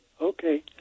Okay